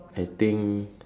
I think